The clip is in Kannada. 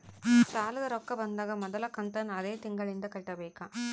ಸಾಲದ ರೊಕ್ಕ ಬಂದಾಗ ಮೊದಲ ಕಂತನ್ನು ಅದೇ ತಿಂಗಳಿಂದ ಕಟ್ಟಬೇಕಾ?